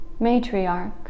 Matriarch